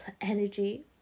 energy